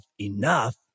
enough